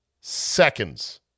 seconds